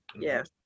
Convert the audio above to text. Yes